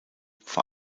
vor